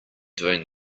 doing